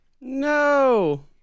No